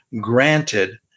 Granted